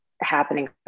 happening